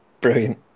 Brilliant